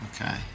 Okay